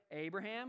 Abraham